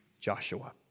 Joshua